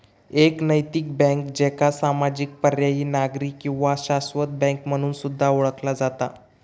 एक नैतिक बँक, ज्याका सामाजिक, पर्यायी, नागरी किंवा शाश्वत बँक म्हणून सुद्धा ओळखला जाता